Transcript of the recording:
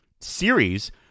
series